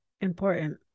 Important